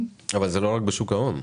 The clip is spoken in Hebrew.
אבל זה לא רק בשוק ההון.